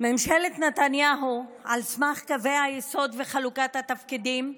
ממשלת נתניהו, על סמך קווי היסוד וחלוקת התפקידים,